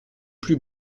plus